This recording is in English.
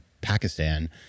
Pakistan